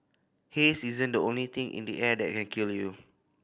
haze isn't the only thing in the air that kill you